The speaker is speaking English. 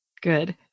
Good